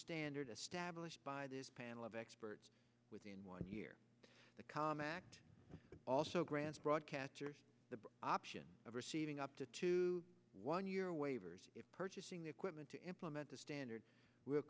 standard established by this panel of experts within one year the com act also grants broadcasters the option of receiving up to two one year waivers if purchasing the equipment to implement the standards will